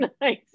Nice